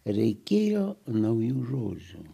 reikėjo naujų žodžių